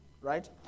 Right